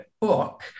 book